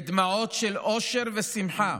בדמעות של אושר ובשמחה,